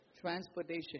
Transportation